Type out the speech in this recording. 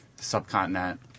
subcontinent